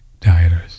dieters